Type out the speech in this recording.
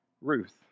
Ruth